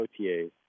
OTAs